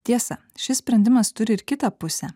tiesa šis sprendimas turi ir kitą pusę